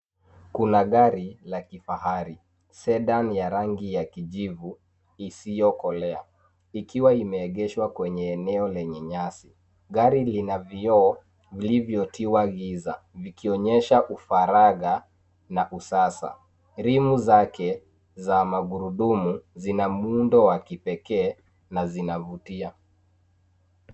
Kuna gari la kifahari; Sedan ya rangi ya kijivu isiyokolea, ikiwa imeegeshwa kwenye eneo lenye nyasi. Gari lina vioo vilivyotiwa giza vikionyesha ufaragha na usasa. Rimu zake za magurudumu zina muundo wa kipekee na zinavutia.